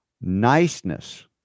Niceness